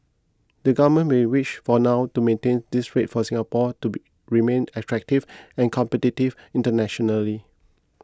the government may wish for now to maintain this rate for Singapore to be remain attractive and competitive internationally